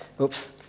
Oops